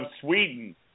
Sweden